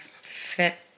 fit